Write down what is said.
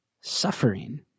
suffering